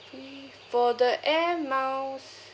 for the air miles